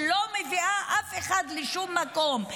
שלא מביאה אף אחד לשם מקום.